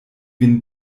vin